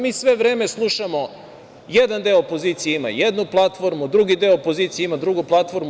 Mi sve vreme slušamo, jedan deo opozicije ima jednu platformu, drugi deo opozicije ima drugu platformu.